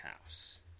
House